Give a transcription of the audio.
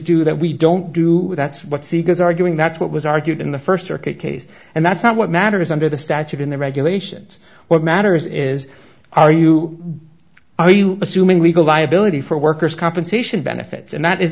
do that we don't do that's what seekers are doing that's what was argued in the st circuit case and that's not what matters under the statute in the regulations what matters is are you are you assuming legal liability for workers compensation benefits and that is